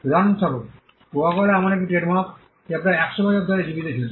উদাহরণস্বরূপ Coca Cola এমন একটি ট্রেডমার্ক যা প্রায় 100 বছর ধরে জীবিত ছিল